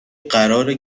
قراره